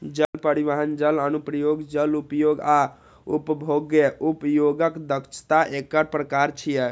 जल परिवहन, जल अनुप्रयोग, जल उपयोग आ उपभोग्य उपयोगक दक्षता एकर प्रकार छियै